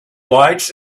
lights